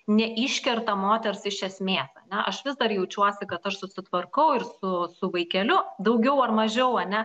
neiškerta moters iš esmės ane aš vis dar jaučiuosi kad aš susitvarkau ir su su vaikeliu daugiau ar mažiau ane